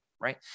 right